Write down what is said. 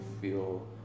feel